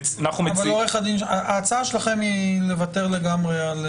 אז ההצעה שלכם היא לוותר לגמרי?